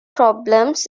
problems